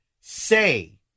say